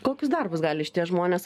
kokius darbus gali šitie žmonės